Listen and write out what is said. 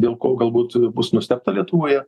dėl ko galbūt bus nustebta lietuvoje